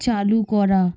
চালু করা